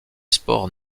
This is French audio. sports